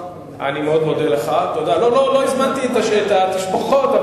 אני חייב לשבח את הפעילות שלך